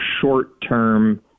short-term